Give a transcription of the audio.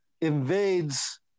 invades